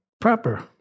proper